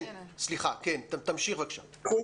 בבקשה.